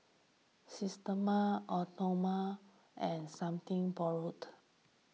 Systema Amore and Something Borrowed